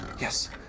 yes